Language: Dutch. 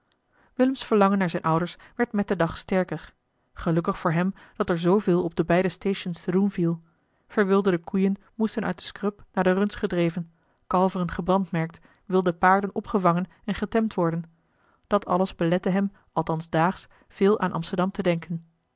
willems verlangen naar zijne ouders werd met den dag sterker gelukkig voor hem dat er zooveel op de beide stations te doen viel verwilderde koeien moesten uit de scrub naar de runs gedreven eli heimans willem roda kalveren gebrandmerkt wilde paarden opgevangen en getemd worden dat alles belette hem althans daags veel aan amsterdam te denken